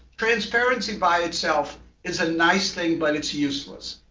transparency by itself is a nice thing, but it's useless.